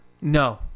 No